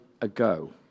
ago